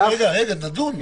רגע, נדון.